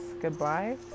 goodbye